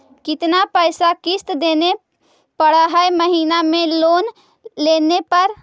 कितना पैसा किस्त देने पड़ है महीना में लोन लेने पर?